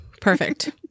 perfect